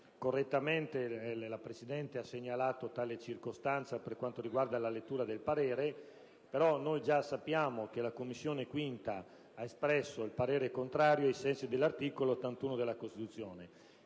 5a Commissione ha espresso parere contrario, ai sensi dell'articolo 81 della Costituzione.